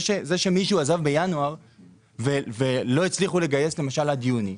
זה שמישהו עזב בינואר ולא הצליחו לגייס למשל עד יוני,